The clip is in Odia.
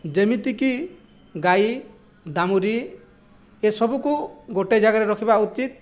ଯେମିତିକି ଗାଈ ଦାମୁରି ଏ'ସବୁକୁ ଗୋଟିଏ ଜାଗାରେ ରଖିବା ଉଚିତ